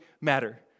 matter